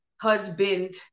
husband